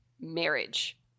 marriage